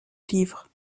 livre